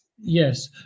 Yes